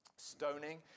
Stoning